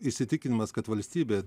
įsitikinimas kad valstybė